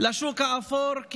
לשוק האפור,